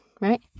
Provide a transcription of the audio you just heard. right